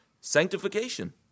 sanctification